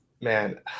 Man